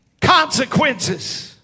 consequences